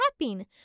tapping